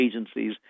agencies